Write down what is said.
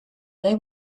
they